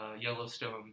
Yellowstone